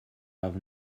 have